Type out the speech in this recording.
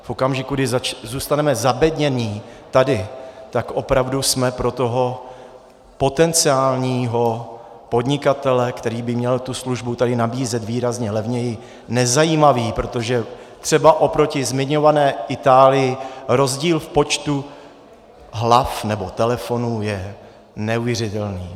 V okamžiku, kdy zůstaneme zabedněni tady, opravdu jsme pro potenciálního podnikatele, který by měl tu službu tady nabízet výrazně levněji, nezajímaví, protože třeba oproti zmiňované Itálii rozdíl v počtu hlav nebo telefonů je neuvěřitelný.